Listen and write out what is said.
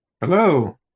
Hello